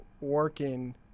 working